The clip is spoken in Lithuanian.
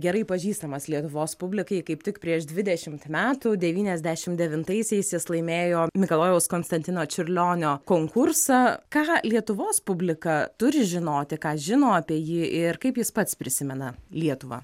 gerai pažįstamas lietuvos publikai kaip tik prieš dvidešimt metų devyniasdešim devitaisiais jis laimėjo mikalojaus konstantino čiurlionio konkursą ką lietuvos publika turi žinoti ką žino apie jį ir kaip jis pats prisimena lietuvą